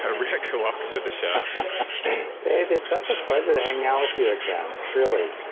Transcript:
ah rick, welcome to the show dave, it's such a pleasure to hang out with you again, really